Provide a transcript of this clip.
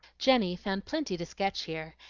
jenny found plenty to sketch here,